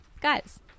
Guys